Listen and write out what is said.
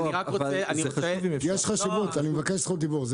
אני מבקש זכות דיבור.